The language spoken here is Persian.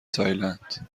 تایلند